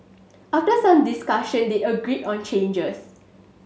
after some discussion they agreed on changes